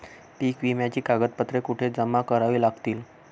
पीक विम्याची कागदपत्रे कुठे जमा करावी लागतील?